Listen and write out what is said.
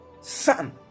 son